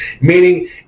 Meaning